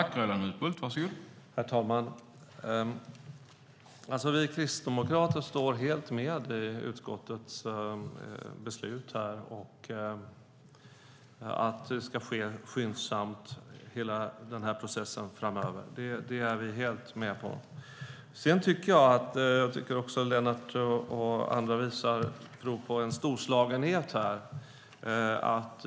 Herr talman! Vi kristdemokrater står helt bakom utskottets beslut att hela processen framöver ska ske skyndsamt. Det är vi helt med på. Sedan tycker jag att Lennart och andra visar prov på en storslagenhet här.